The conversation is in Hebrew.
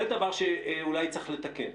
זה דבר שאולי צריך לתקן.